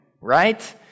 right